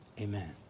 Amen